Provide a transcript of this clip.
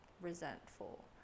resentful